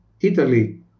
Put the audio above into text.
Italy